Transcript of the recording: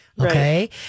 Okay